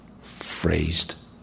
phrased